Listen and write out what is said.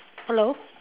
hello